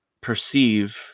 perceive